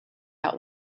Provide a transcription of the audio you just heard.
out